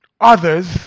Others